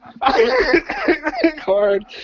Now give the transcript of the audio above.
Hard